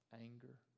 Anger